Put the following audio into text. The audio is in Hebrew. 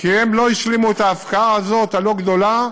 כי הם לא השלימו את ההפקעה הזאת, הלא-גדולה,